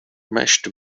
mashed